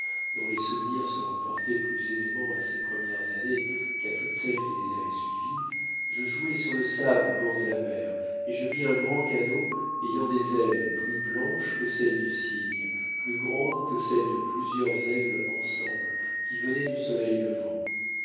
dont les souvenirs se reportaient plus aisément à ses premières années qu'à toutes celles qui les avaient suivies je jouais sur le sable au bord de la mer et je vis un grand canot ayant des ailes plus blanches que celles du cygne plus grandes que celles de plusieurs aigles ensemble qui venait du soleil levant